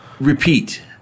repeat